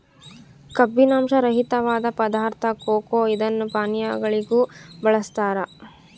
ಕಬ್ಬಿನಾಂಶ ರಹಿತವಾದ ಪದಾರ್ಥ ಕೊಕೊ ಇದನ್ನು ಪಾನೀಯಗಳಿಗೂ ಬಳಸ್ತಾರ